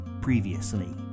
previously